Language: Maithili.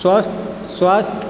स्वस्थ स्वस्थ